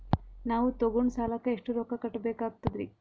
ನಾವು ತೊಗೊಂಡ ಸಾಲಕ್ಕ ಎಷ್ಟು ರೊಕ್ಕ ಕಟ್ಟಬೇಕಾಗ್ತದ್ರೀ?